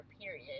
period